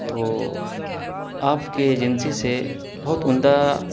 تو آپ کے ایجنسی سے بہت عمدہ